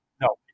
No